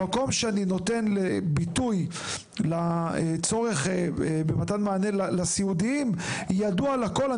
המקום שבו אני נותן ביטוי לצורך במתן מענה לסיעודיים ידוע לכל,